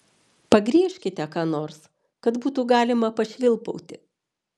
pagriežkite ką nors kad būtų galima pašvilpauti